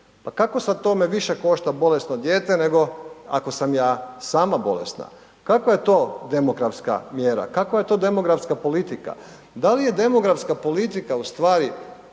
Pa kako sad to me više košta bolesno dijete nego sam ja sama bolesna? Kakva je to demografska mjera, kakva je to demografska politika, da li je demografska politika ustvari